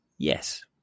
Yes